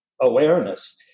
awareness